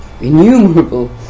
innumerable